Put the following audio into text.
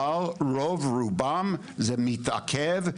אבל רוב רובם זה מתעכב,